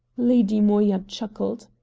lady moya chuckled.